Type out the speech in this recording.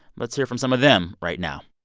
let's hear from some of them right now